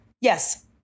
Yes